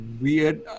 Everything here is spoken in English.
weird